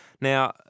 Now